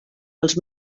els